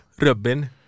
Robin